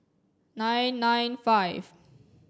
nine nine five